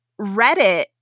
Reddit